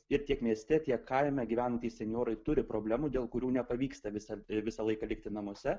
ir tiek mieste tiek kaime gyvenantys senjorai turi problemų dėl kurių nepavyksta visą visą laiką likti namuose